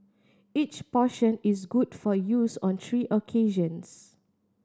each portion is good for use on three occasions